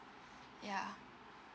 yeah